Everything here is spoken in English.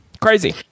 crazy